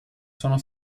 sono